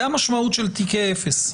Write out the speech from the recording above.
זו המשמעות של תיקי אפס.